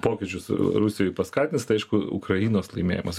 pokyčius rusijoj paskatins tai aišku ukrainos laimėjimas